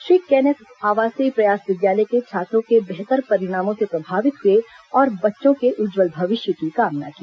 Shri Kenneth आवसीय प्रयास विद्यालय के छात्रों के बेहतर परिणामों से प्रभावित हुए और बच्चों के उज्जवल भविष्य की कामना की